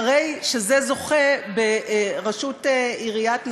אחרי שזה זוכה בראשות עיריית נצרת-עילית.